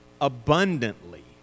abundantly